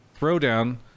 throwdown